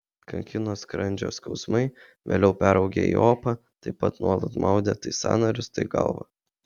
kankino skrandžio skausmai vėliau peraugę į opą taip pat nuolat maudė tai sąnarius tai galvą